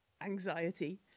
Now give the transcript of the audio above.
anxiety